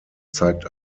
zeigt